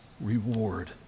reward